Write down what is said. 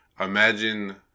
Imagine